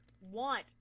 want